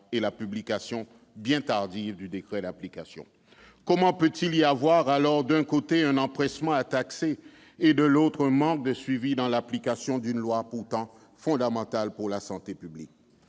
et la publication, bien tardive, du décret d'application. Comment peut-il y avoir, d'un côté, un empressement à taxer et, de l'autre, un manque de suivi dans l'application d'une loi pourtant fondamentale pour la santé publique ?